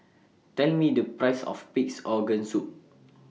Tell Me The Price of Pig'S Organ Soup